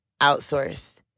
outsourced